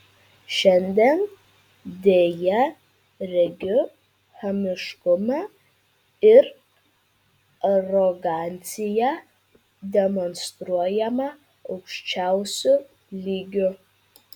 šiandien deja regiu chamiškumą ir aroganciją demonstruojamą aukščiausiu lygiu